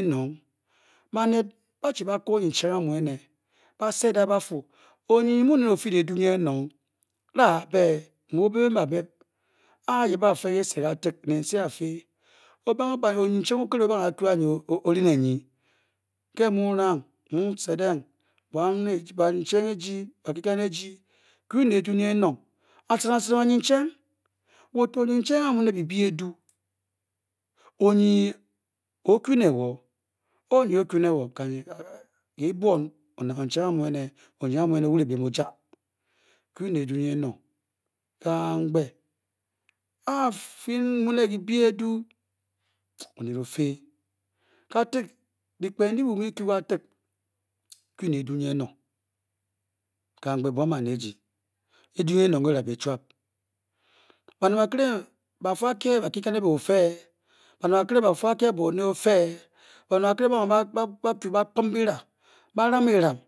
enor baned ba chi ba kor ocyenchi mmune ba selar ba fu oyemu ne okele edu ne anenor lea bē obange banchi ba tor ba le a ye. ochie le be beye adie ne anenor baned ba fi ba ke offe anna be ba kei ne apa be ba kia ofe baned ba peldi ba wa chi ba hen kela.